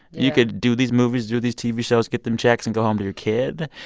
you could do these movies, do these tv shows, get them checks and go home to your kid.